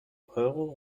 euro